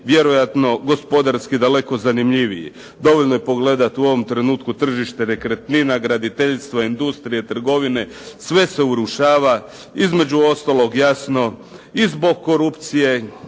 vjerojatno gospodarski daleko zanimljiviji. Dovoljno je pogledati u ovom trenutku tržište nekretnina, graditeljstva, industrije, trgovine, sve se urušava. Između ostalog jasno i zbog korupcije,